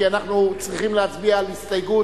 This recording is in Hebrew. כי אנחנו צריכים להצביע על הסתייגות